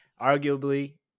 arguably